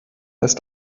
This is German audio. ist